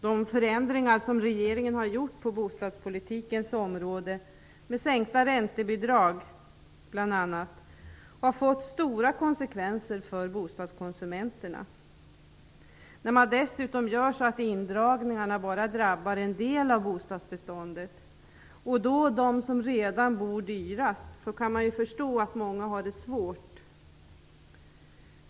De förändringar som regeringen har gjort på bostadspolitikens område, bl.a. i form av sänkta räntebidrag, har fått stora konsekvenser för bostadskonsumenterna. Eftersom neddragningarna drabbar bara en del av bostadsbeståndet, nämligen den där man redan bor dyrast, kan man ju förstå att många har det svårt.